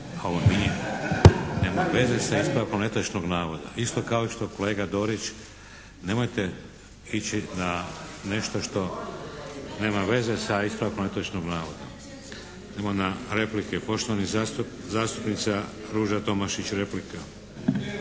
a ovo nije, nema veze sa ispravkom netočnog navoda. Isto kao i što kolega Dorić, nemojte ići na nešto što nema veze sa ispravkom netočnog navoda. Idemo na replike. Poštovana zastupnica Ruža Tomašić, replika.